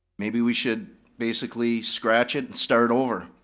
maybe we should basically scratch it and start over.